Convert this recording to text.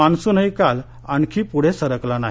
मान्सूनही काल आणखी पुढे सरकला नाही